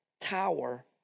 tower